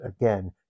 again